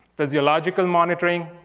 physiological monitoring,